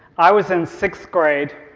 i was in sixth grade,